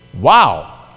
Wow